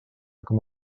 com